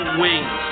wings